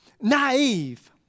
naive